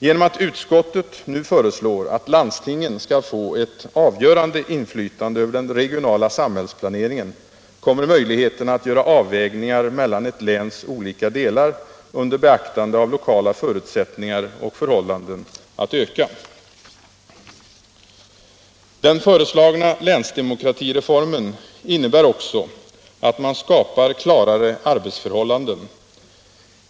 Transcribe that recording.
Genom att utskottet nu föreslår att landstingen skall få ett avgörande inflytande över den regionala samhällsplaneringen, kommer möjligheterna att göra avvägningar mellan ett läns olika delar under beaktande av lokala förutsättningar och förhållanden att öka. Den föreslagna länsdemokratireformen innebär också att man skapar klarare arbetsförhållanden.